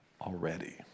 already